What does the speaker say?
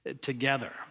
together